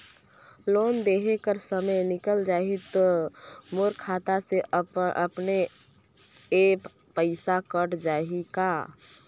Loan देहे कर समय निकल जाही तो मोर खाता से अपने एप्प पइसा कट जाही का?